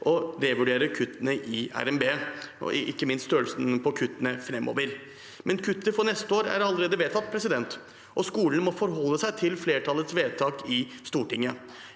revurdere kuttene i RNB, ikke minst størrelsen på kuttene framover. Kuttet for neste år er allerede vedtatt, og skolene må forholde seg til flertallets vedtak i Stortinget.